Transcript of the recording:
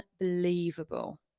unbelievable